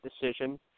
decision